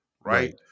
Right